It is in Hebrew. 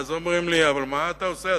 ואז אומרים לי: אבל מה אתה עושה?